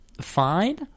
fine